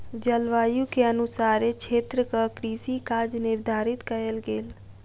जलवायु के अनुसारे क्षेत्रक कृषि काज निर्धारित कयल गेल